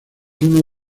uno